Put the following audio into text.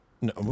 No